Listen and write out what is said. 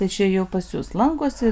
tai čia jau pas jus lankosi